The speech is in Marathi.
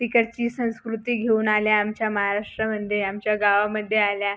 तिकडची संस्कृती घेऊन आल्या आमच्या महाराष्ट्रामध्ये आमच्या गावामध्ये आल्या